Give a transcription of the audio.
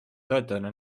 toetada